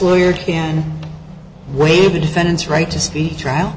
lawyer can waive the defendant's right to speak trial